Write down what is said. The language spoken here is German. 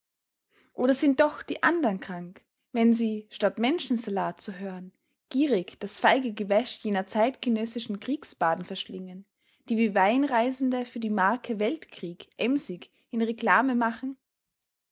oder sind doch die andern krank wenn sie statt menschensalat zu hören gierig das feige gewäsch jener zeitgenössischen kriegsbarden verschlingen die wie weinreisende für die marke weltkrieg emsig in reklame machen